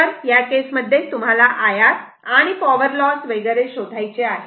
तर या केसमध्ये तुम्हाला IR आणि पॉवर लॉस वैगरे शोधायचे आहे